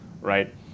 right